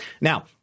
Now